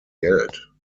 geld